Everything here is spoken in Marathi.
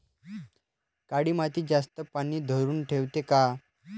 काळी माती जास्त पानी धरुन ठेवते का?